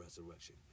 Resurrection